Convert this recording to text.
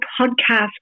podcast